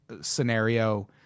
scenario